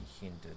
hindered